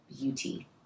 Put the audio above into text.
beauty